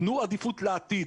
תנו עדיפות לעתיד.